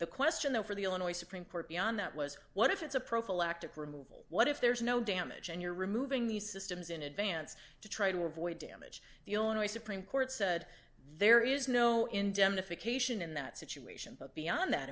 the question though for the illinois supreme court beyond that was what if it's a prophylactic removal what if there's no damage and you're removing these systems in advance to try to avoid damage the illinois supreme court said there is no indemnification in that situation but beyond that